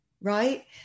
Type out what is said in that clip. right